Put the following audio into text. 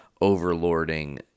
overlording